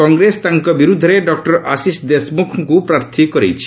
କଂଗ୍ରେସ ତାଙ୍କ ବିରୁଦ୍ଧରେ ଡକ୍କର ଆଶିଶ ଦେଶମୁଖଙ୍କୁ ପ୍ରାର୍ଥୀ କରାଇଛି